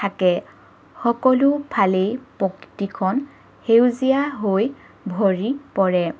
থাকে সকলো ফালেই প্ৰকৃতিখন সেউজীয়া হৈ ভৰি পৰে